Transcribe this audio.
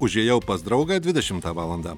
užėjau pas draugą dvidešimtą valandą